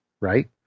right